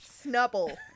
snubble